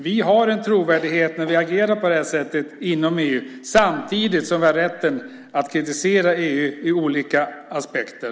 Vi har en trovärdighet när vi agerar på det här sättet inom EU, samtidigt som vi har rätten att kritisera EU från olika aspekter.